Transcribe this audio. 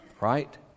right